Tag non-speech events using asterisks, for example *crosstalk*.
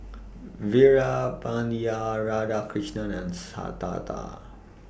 Veerapandiya Radhakrishnan and *unintelligible* Tata